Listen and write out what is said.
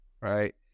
right